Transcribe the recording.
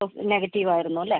negative ആയിരുന്നു അല്ലേ